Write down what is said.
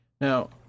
now